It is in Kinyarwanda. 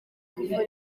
kuvura